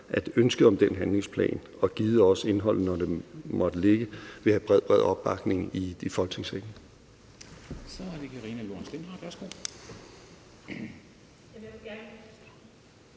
at ønsket om den handlingsplan – og givet også indholdet, når det måtte foreligge – vil have bred, bred opbakning i Folketingssalen.